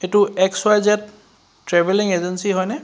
এইটো X Y Z travelling agency হয়নে